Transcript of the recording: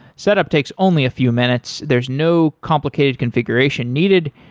set up takes only a few minutes. there's no complicated configuration needed,